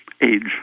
Age